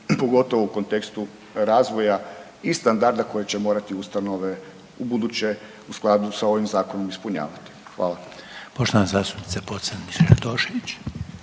pogotovo u kontekstu razvoja i standarda koje će morati ustanove ubuduće u skladu sa ovim zakonom ispunjavati. Hvala. **Reiner, Željko